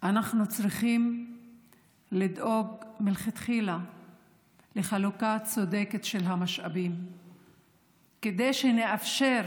אנחנו צריכים לדאוג מלכתחילה לחלוקה צודקת של המשאבים כדי שנאפשר